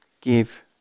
give